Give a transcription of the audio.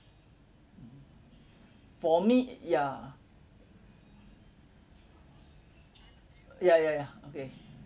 mmhmm for me ya ya ya ya okay